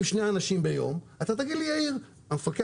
שני אנשים ביום אז תגיד לי: המפקח,